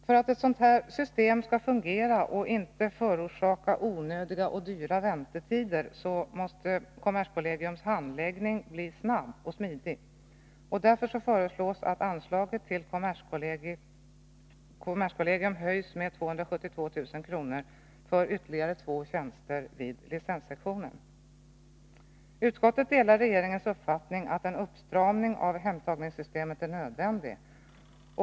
För att ett sådant system skall fungera och inte förorsaka onödiga och dyra väntetider, måste kommerskollegii handläggning bli snabb och smidig. Därför föreslås att anslaget till kommerskollegium höjs med 272 000 kr. för ytterligare två tjänster vid licenssektionen. Utskottet delar regeringens uppfattning att en uppstramning av hemtagningssystemet är nödvändig.